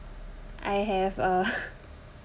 I have uh